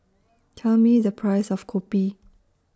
Tell Me The Price of Kopi